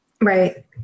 right